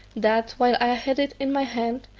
that, while i had it in my hand,